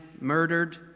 murdered